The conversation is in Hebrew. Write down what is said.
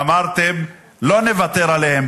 אמרתם: לא נוותר עליהם,